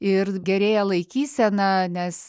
ir gerėja laikysena nes